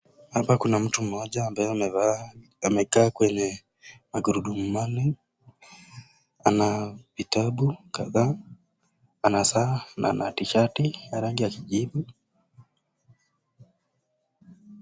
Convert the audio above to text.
Hapa kuna mtu mmoja ambaye amekaa kwenye magurudumu manne. Ana vitabu kadhaa. Ana saa na ana tishati ya rangi ya kijivu.